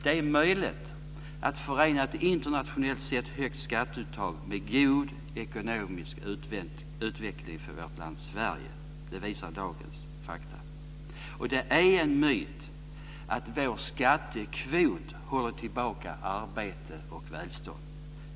Det är möjligt att förena ett internationellt sett högt skatteuttag med god ekonomisk utveckling för vårt land Sverige. Det visar dagens fakta. Det är en myt att vår skattekvot håller tillbaka arbete och välstånd.